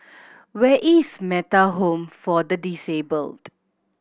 where is Metta Home for the Disabled